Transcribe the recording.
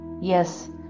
Yes